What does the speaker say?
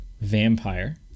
vampire